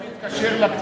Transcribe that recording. זה מתקשר לכתובת,